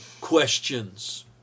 questions